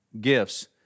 gifts